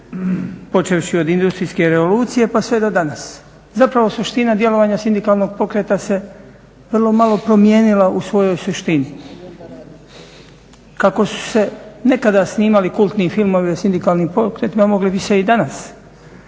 počevši od industrijske revolucije pa sve do danas. Zapravo suština djelovanja sindikalnog pokreta se vrlo malo promijenila u svojoj suštini. Kako su se nekada snimali kultni filmovi o sindikalnim pokretima mogli bi se i danas